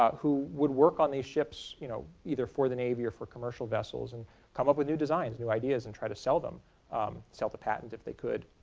who would work on these ships you know either for the navy or for commercial vessels and come up with new designs, new ideas and try to sell them sell the patent if they could